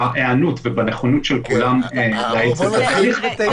בהיענות ובנכונות של כולם להאיץ את התהליך,